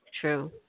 true